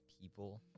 people